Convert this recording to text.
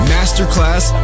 Masterclass